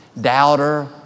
Doubter